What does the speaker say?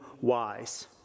wise